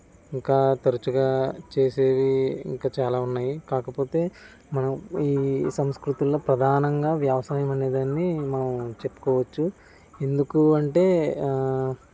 ఇంకా తరుచుగా చేసేవి ఇంకా చాలా ఉన్నాయి కాకపోతే మనం ఈ సంస్కృతుల్లో ప్రధానంగా వ్యవసాయం అనేదాన్ని మనం చెప్పుకోవచ్చు ఎందుకు అంటే